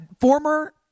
Former